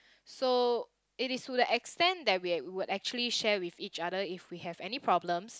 so it is to the extent that we would actually share with each other if we have any problems